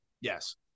Yes